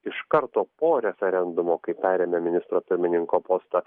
iš karto po referendumo kai perėmė ministro pirmininko postą